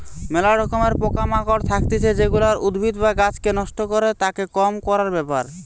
ম্যালা রকমের পোকা মাকড় থাকতিছে যেগুলা উদ্ভিদ বা গাছকে নষ্ট করে, তাকে কম করার ব্যাপার